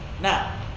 Now